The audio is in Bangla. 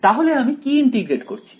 তাহলে আমি কি ইন্টিগ্রেট করছি